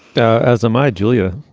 ah as am i julia,